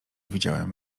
widziałem